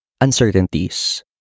uncertainties